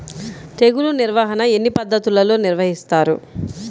తెగులు నిర్వాహణ ఎన్ని పద్ధతులలో నిర్వహిస్తారు?